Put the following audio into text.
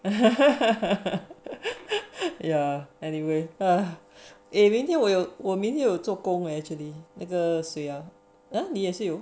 ya anyway 我明天有做工 leh actually 那个谁 ah 你也是有